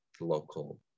local